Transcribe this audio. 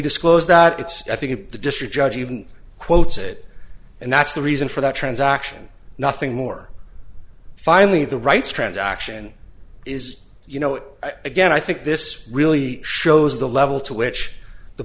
disclosed that it's i think the district judge even quotes it and that's the reason for that transaction nothing more finally the rights transaction is you know again i think this really shows the level to which the